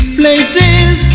places